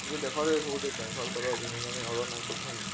ଟିକେ ଦେଖ ରେ ସବୁ ଟିକେ କ୍ୟାନ୍ସେଲ୍ କର୍ ଜିନ୍ ଜିନ୍ ମୁଇଁ ଅର୍ଡ଼ର୍ ନାଇଁ କରିଥେଇ